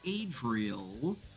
Adriel